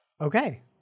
Okay